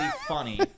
funny